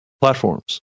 platforms